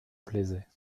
plaisait